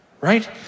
right